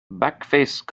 backface